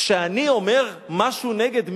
כשאני אומר משהו נגד מישהו,